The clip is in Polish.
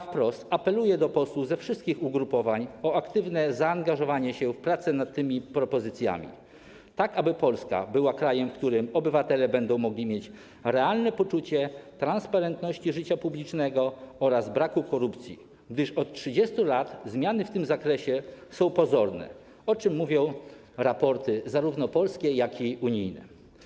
Wprost apeluję do posłów ze wszystkich ugrupowań o aktywne zaangażowanie się w prace nad tymi propozycjami, aby Polska była krajem, w którym obywatele będą mieć realne poczucie transparentności życia publicznego oraz braku korupcji, gdyż od 30 lat zmiany w tym zakresie są pozorne, o czym mówią raporty zarówno polskie, jak i unijne.